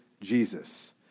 Jesus